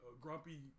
grumpy